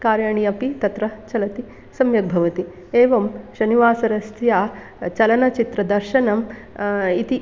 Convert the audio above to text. कार्याणि अपि तत्र चलति सम्यग् भवति एवं शनिवासरस्य चलनचित्रदर्शनम् इति